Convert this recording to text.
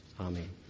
Amen